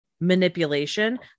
manipulation